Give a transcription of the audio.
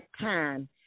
time